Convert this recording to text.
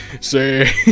Say